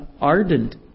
ardent